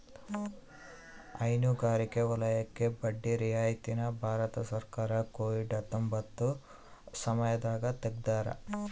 ಹೈನುಗಾರಿಕೆ ವಲಯಕ್ಕೆ ಬಡ್ಡಿ ರಿಯಾಯಿತಿ ನ ಭಾರತ ಸರ್ಕಾರ ಕೋವಿಡ್ ಹತ್ತೊಂಬತ್ತ ಸಮಯದಾಗ ತೆಗ್ದಾರ